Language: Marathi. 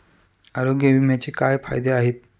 आरोग्य विम्याचे काय फायदे आहेत?